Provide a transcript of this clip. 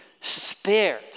spared